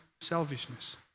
selfishness